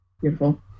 beautiful